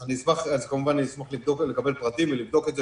אני אשמח לקבל פרטים ולבדוק את זה.